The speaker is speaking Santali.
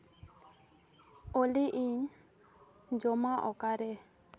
ᱚᱞᱤ ᱤᱧ ᱡᱚᱢᱟ ᱚᱠᱟᱨᱮ